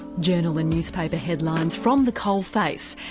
journal and newspaper headlines from the coalface.